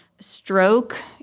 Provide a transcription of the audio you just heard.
Stroke